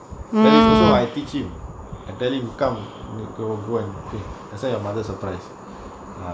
that is also I teach him and tell him come go go and okay that's why mother surprise ah